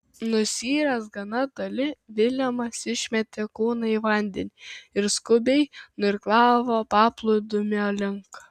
nusiyręs gana toli viljamas išmetė kūną į vandenį ir skubiai nuirklavo paplūdimio link